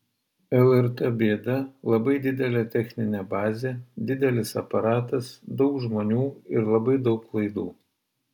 lrt bėda labai didelė techninė bazė didelis aparatas daug žmonių ir labai daug laidų